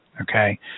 Okay